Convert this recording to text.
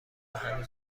هنوز